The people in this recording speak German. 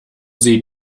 sie